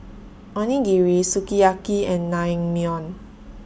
Onigiri Sukiyaki and Naengmyeon